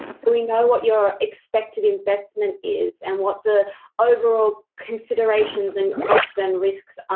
so we know what your expected investment is and what the overall considerations and costs and risks are?